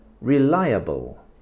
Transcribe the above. Reliable